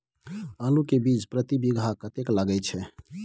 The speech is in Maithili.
आलू के बीज प्रति बीघा कतेक लागय छै?